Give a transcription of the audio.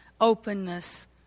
openness